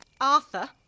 Arthur